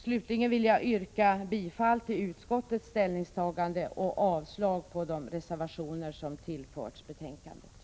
Slutligen vill jag yrka bifall till utskottets hemställan, vilket innebär avslag på de reservationer som tillförts betänkandet.